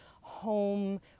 home